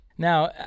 Now